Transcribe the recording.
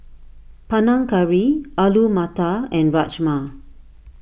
Panang Curry Alu Matar and Rajma